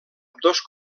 ambdós